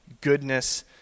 goodness